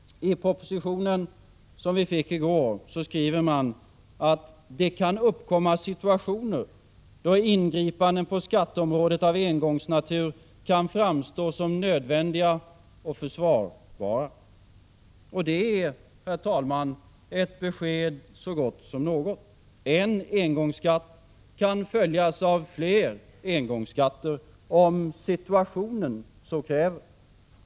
I propositionen, som vi fick i går, skriver man att det ”kan uppkomma situationer då ingripanden på skatteområdet av engångsnatur kan framstå som nödvändiga och försvarbara”. Det är, herr talman, ett besked så gott som något. En engångsskatt kan följas av fler engångsskatter, om ”situationen” så kräver.